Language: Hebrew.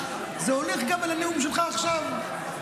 זה הוליך גם לנאום שלך עכשיו.